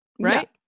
right